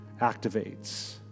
activates